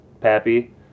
Pappy